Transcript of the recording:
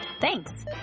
Thanks